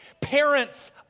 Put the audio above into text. Parents